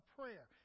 prayer